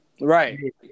Right